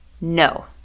No